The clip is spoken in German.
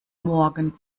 morgen